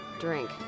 Drink